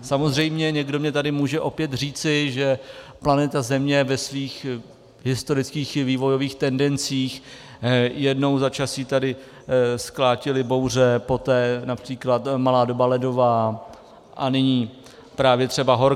Samozřejmě někdo mi tady může opět říci, že planeta Země ve svých historických vývojových tendencích jednou za čas ji tady sklátily bouře, poté například malá doba ledová a nyní například právě třeba horka.